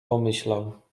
pomyślał